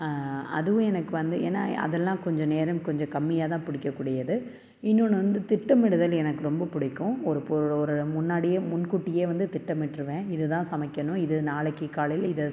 அதுவும் எனக்கு வந்து ஏன்னா அதெல்லாம் கொஞ்ச நேரம் கொஞ்சம் கம்மியாகத்தான் பிடிக்கக்கூடியது இன்னோன்னு வந்து திட்டமிடுதல் எனக்கு வந்து ரொம்ப பிடிக்கும் ஒரு ஒரு முன்னாடியே முன்கூட்டியே வந்து திட்டமிட்டிருவன் இதுதான் சமைக்கணும் இது நாளக்கு காலையில் இதை